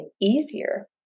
easier